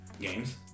games